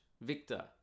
Victor